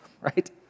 right